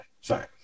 Sorry